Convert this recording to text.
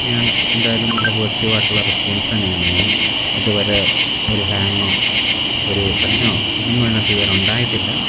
ഞാൻ എന്തായാലും നല്ല പോസിറ്റീവ് ആയിട്ടുള്ള റെസ്പോൺസ് തന്നെയാണ് അതിന് ഇതുവരെ ഒരു ഹാങോ ഒരു പ്രശ്നമോ ഒന്നും അതിനകത്ത് ഇതുവരെ ഉണ്ടായിട്ടില്ല